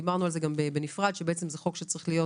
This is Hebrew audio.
דיברנו על זה בנפרד ואמרנו שזה חוק שצריך להיות